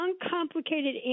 uncomplicated